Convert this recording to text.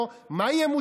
מה תהיה המדיניות שלו,